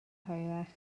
hwyrach